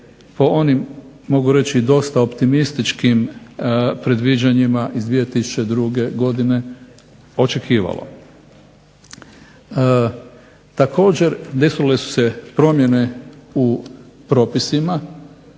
po onim mogu reći dosta optimističnim predviđanjima iz 2002. godine očekivalo. Također desile su se promjene u propisima